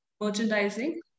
merchandising